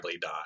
die